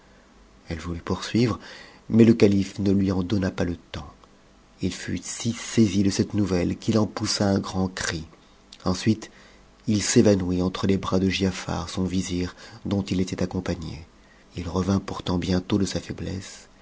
elle voulut poursuivre mais le calife ne lui en donna pas le temps il fut si saisi de cette nouvelle qu'il en poussa un grand cri ensuite il s'évanouit entre les bras de giafar son vizir dont il était accompagné ï revint pourtant bientôt de sa faiblesse